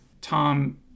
Tom